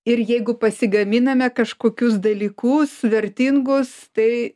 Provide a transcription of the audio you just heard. ir jeigu pasigaminame kažkokius dalykus vertingus tai